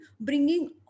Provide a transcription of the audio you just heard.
Bringing